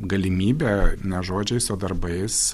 galimybė ne žodžiais o darbais